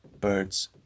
birds